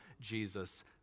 Jesus